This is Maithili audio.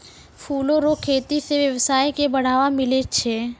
फूलो रो खेती से वेवसाय के बढ़ाबा मिलै छै